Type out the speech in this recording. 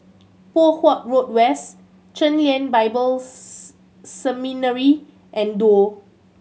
Poh Huat Road West Chen Lien Bible Seminary and Duo